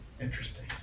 Interesting